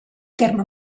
terme